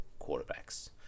quarterbacks